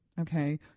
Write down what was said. okay